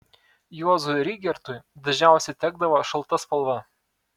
juozui rygertui dažniausiai tekdavo šalta spalva